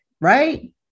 right